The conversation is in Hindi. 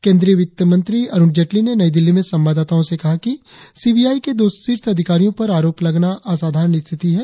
केन्द्रीय वित्त मंत्री अरुण जेटली ने नई दिल्ली में संवाददाताओं से कहा कि सीबीआई के दो शीर्ष अधिकारियों पर आरोप लगना असाधरण स्थिति है